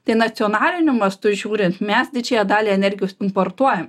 tai nacionaliniu mastu žiūrint mes didžiąją dalį energijos importuojam